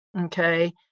Okay